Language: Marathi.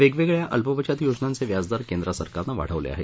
वेगवेगळ्या अल्पबचत योजनांचे व्याजदर केंद्र सरकारनं वाढवले आहेत